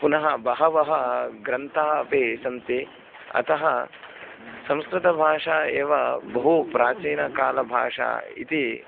पुनः बहवः ग्रन्था अपि सन्ति अतः संस्कृतभाषा एव बहु प्राचीनकाली भाषा इति